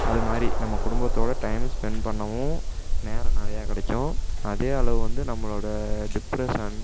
அது மாதிரி நம்ம குடும்பத்தோடய டைம் ஸ்பென்ட் பண்ணவும் நேரம் நிறையா கிடைக்கும் அதே அளவு வந்து நம்மளோடய டிப்ரஷன்